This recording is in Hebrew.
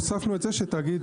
הוספנו את זה שתאגיד,